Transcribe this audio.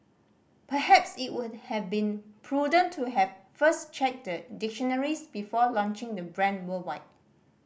perhaps it would have been prudent to have first checked the dictionaries before launching the brand worldwide